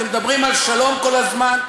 אתם מדברים על שלום כל הזמן,